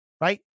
right